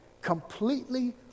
completely